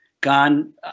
gone